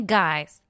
guys